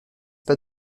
pas